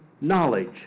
knowledge